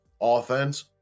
offense